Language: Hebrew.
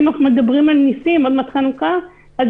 ואם אנחנו מדברים על ניסים עוד מעט חנוכה זה